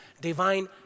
divine